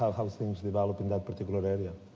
how things develop in that particular area.